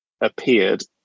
appeared